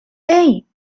hey